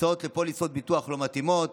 הצעות פוליסות ביטוח לא מתאימות,